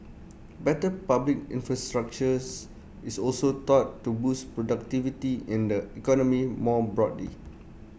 better public infrastructure is also thought to boost productivity in the economy more broadly